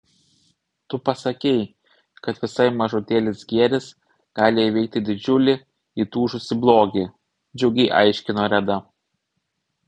tu pasakei kad visai mažutėlis gėris gali įveikti didžiulį įtūžusį blogį džiugiai aiškino reda